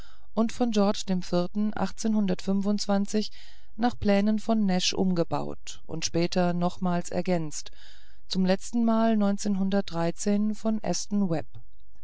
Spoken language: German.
und von georg nach plänen von nash umgebaut und später noch mehrmals ergänzt zum letztenmal von aston